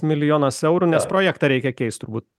milijonas eurų nes projektą reikia keist turbūt